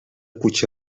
puig